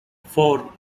four